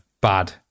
bad